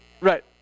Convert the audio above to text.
Right